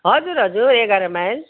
हजुर हजुर एघार माइल